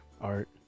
art